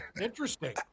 Interesting